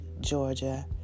Georgia